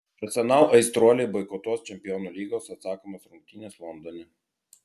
arsenal aistruoliai boikotuos čempionų lygos atsakomas rungtynes londone